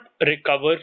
recover